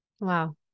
wow